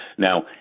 Now